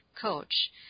coach